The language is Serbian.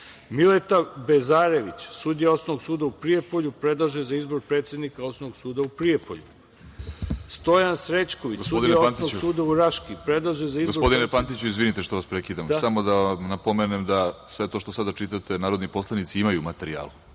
Mileta Bezarević sudija Osnovnog suda u Prijepolju, predlaže se za izbor predsednika Osnovnog suda u Prijepolju; Stojan Srećković sudija Osnovnog suda u Raški, predlaže se za izbor… **Vladimir Orlić** Gospodine Pantiću, izvinite što vas prekidam, samo da vam napomenem da sve to što sada čitate, narodni poslanici imaju u materijalu,